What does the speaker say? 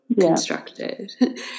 constructed